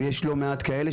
ויש לא מעט כאלה,